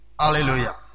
Hallelujah